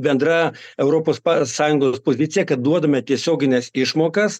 bendra europos sąjungos pozicija kad duodame tiesiogines išmokas